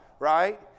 Right